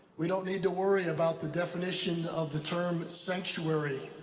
we don't need to worry about the definition of the term sanctuary.